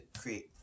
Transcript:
create